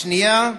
השנייה,